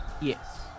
Yes